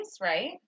right